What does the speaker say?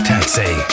Taxi